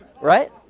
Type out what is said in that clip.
Right